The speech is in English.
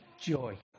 joy